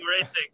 racing